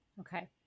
Okay